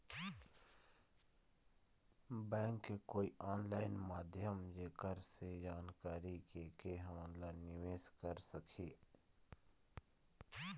Bank के कोई online माध्यम जेकर से जानकारी के के हमन निवेस कर सकही?